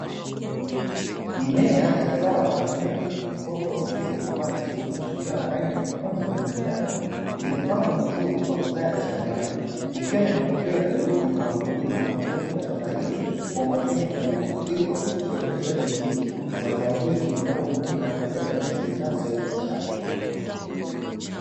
Mimea ya zao aina ya pilipili hoho zilizokomaa vizuri zikiwa na rangi nyekundu na njano, zimepangwa vizuri kwa mstari shambani ikiwa ni matokeo ya juhudi za wakulima waliotunza shamba hili kwa umakini mkubwa ili kuhakikisha uzalishaji mzuri wa zao hili linalotumika kwa ajili ya matumizi binafsi au biashara.